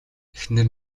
эхнэр